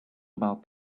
about